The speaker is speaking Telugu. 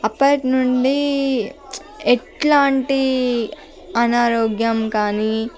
అప్పటి నుండి ఎలాంటి అనారోగ్యం కానీ